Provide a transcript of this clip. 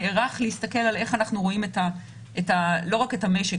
נערך להסתכל על איך אנחנו רואים לא רק את המשק,